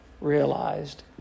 realized